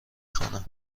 خوانم